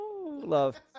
love